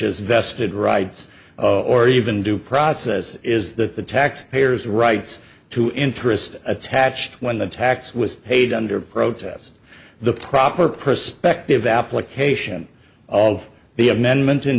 as vested rights or even due process is that the tax payers rights to interest attached when the tax was paid under protest the proper perspective application of the amendment in